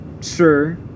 sure